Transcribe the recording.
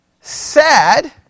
sad